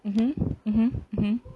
mmhmm mmhmm mmhmm